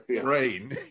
brain